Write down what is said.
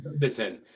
Listen